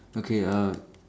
okay uh